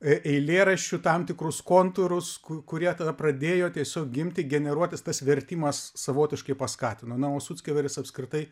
eilėraščių tam tikrus kontūrus ku kurie tada pradėjo tiesiog gimti generuotis tas vertimas savotiškai paskatino na o suckeveris apskritai